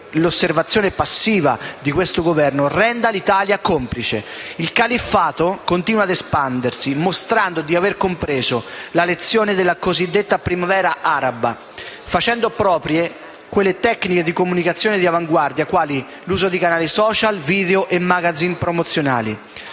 l'osservazione passiva di questo Governo renda l'Italia complice. Il califfato continua ad espandersi mostrando di aver compreso la lezione della cosiddetta Primavera araba, facendo proprie quelle tecniche di comunicazione di avanguardia quali l'uso dei canali *social*, di video e *magazine* promozionali.